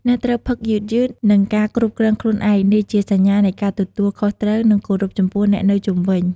អ្នកត្រូវផឹកយឺតៗ និងការគ្រប់គ្រងខ្លួនឯង នេះជាសញ្ញានៃការទទួលខុសត្រូវ និងគោរពចំពោះអ្នកនៅជុំវិញ។